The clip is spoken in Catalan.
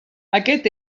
aquest